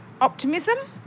optimism